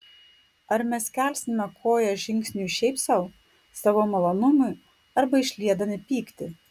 ar mes kelsime koją žingsniui šiaip sau savo malonumui arba išliedami pyktį